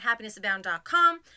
happinessabound.com